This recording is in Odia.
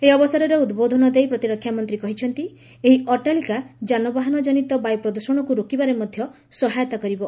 ଏହି ଅବସରରେ ଉଦ୍ବୋଧନ ଦେଇ ପ୍ରତିରକ୍ଷାମନ୍ତ୍ରୀ କହିଛନ୍ତି ଏହି ଅଟ୍ଟାଳିକା ଯାନବାହାନ ଜନିତ ବାୟୁ ପ୍ରଦ୍ଷଣକୁ ରୋକିବାରେ ମଧ୍ୟ ସହାୟତା କରିବ